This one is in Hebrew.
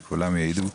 וכולם יעידו,